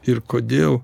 ir kodėl